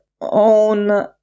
own